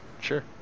sure